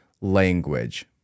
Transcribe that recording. language